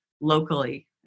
locally